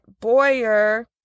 Boyer